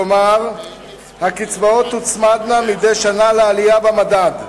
כלומר הקצבאות תוצמדנה מדי שנה לעלייה במדד.